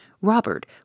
Robert